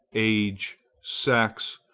age, sex,